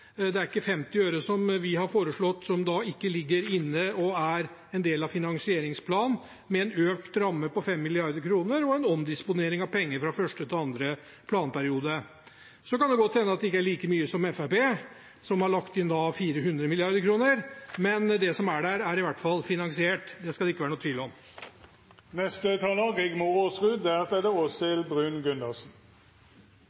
Det er ikke 50 øre av det vi har foreslått, som ikke ligger inne og er en del av finansieringsplanen med en økt ramme på 5 mrd. kr og en omdisponering av penger fra første til andre planperiode. Så kan det godt hende at det ikke er like mye som det Fremskrittspartiet har lagt inn, 400 mrd. kr, men det som er der, er i hvert fall finansiert. Det skal det ikke være noen tvil om. Det er bra at det har vært fokusert mye på rv. 4 her i dag. Det